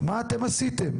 מה אתם עשיתם?